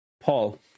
Paul